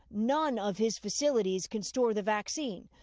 none of his facilities can store the vaccine.